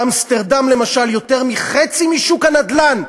באמסטרדם למשל יותר מחצי משוק הנדל"ן,